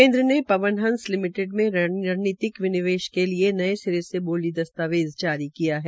केन्द्र ने पवन हंस लिमिटेड के रणनीतिक विनिवेश के लिये नये सिरे से बोली दस्तावेज़ जारी किया है